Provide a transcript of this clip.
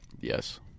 yes